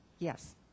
Yes